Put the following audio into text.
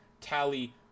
Tally